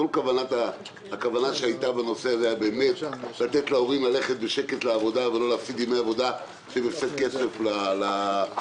כל הכוונה היתה לתת להורים ללכת בשקט לעבודה ושלא יהיה הפסד כסף לכלכלה.